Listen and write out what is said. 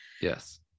Yes